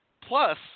Plus